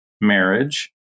marriage